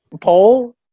pole